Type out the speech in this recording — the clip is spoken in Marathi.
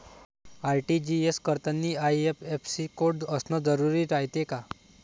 आर.टी.जी.एस करतांनी आय.एफ.एस.सी कोड असन जरुरी रायते का?